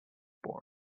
born